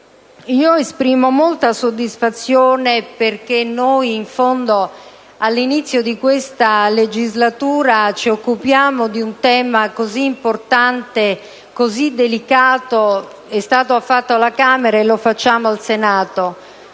io esprimo molta soddisfazione perché, in fondo, all'inizio di questa legislatura ci occupiamo di un tema così importante e delicato: è stato fatto alla Camera e lo facciamo al Senato.